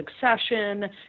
succession